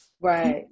Right